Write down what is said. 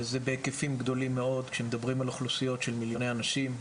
וזה בהיקפים גדולים מאוד כשמדברים על אוכלוסיות של מיליוני אנשים,